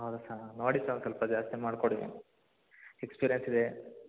ಹೌದಾ ಸ ನೋಡಿ ಸರ್ ಸ್ವಲ್ಪ ಜಾಸ್ತಿ ಮಾಡಿ ಕೊಡಿ ನೀವು ಎಕ್ಸ್ಪೀರಿಯೆನ್ಸ್ ಇದೆ